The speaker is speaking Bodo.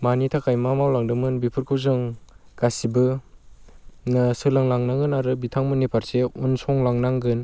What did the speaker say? मानि थाखाय मा मावलांदोंमोन बेफोरखौ जों गासैबो सोलोंलांनांगोन आरो बिथांमोननि फारसे उनसंलांनांगोन